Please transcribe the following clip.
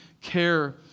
care